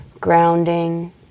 grounding